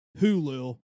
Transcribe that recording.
Hulu